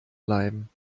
bleiben